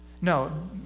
No